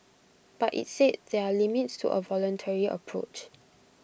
but IT said there are limits to A voluntary approach